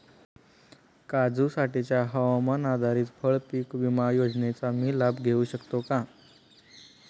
काजूसाठीच्या हवामान आधारित फळपीक विमा योजनेचा मी लाभ घेऊ शकतो का?